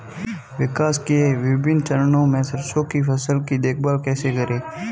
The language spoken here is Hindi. विकास के विभिन्न चरणों में सरसों की फसल की देखभाल कैसे करें?